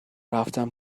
رفتم